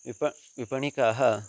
विपण्यां विपणकाः